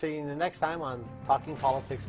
seeing the next time on talking politics